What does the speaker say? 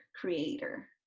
creator